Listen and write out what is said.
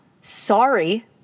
Sorry